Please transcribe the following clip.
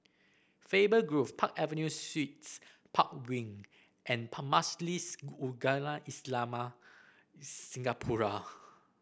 Faber Grove Park Avenue Suites Park Wing and Majlis Ugama Islam Singapura